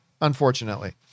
Unfortunately